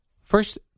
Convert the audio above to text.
First